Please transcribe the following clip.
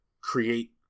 create